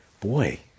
boy